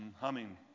humming